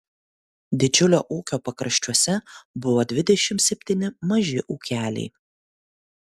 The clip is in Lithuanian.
didžiulio ūkio pakraščiuose buvo dvidešimt septyni maži ūkeliai